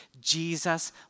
Jesus